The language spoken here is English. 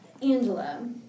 Angela